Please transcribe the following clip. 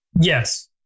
Yes